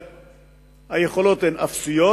היכולות הן אפסיות,